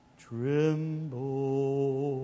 tremble